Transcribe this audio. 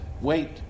wait